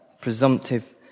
presumptive